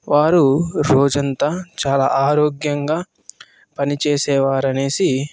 వారు రోజంతా చాలా ఆరోగ్యంగా పనిచేసేవారనేసి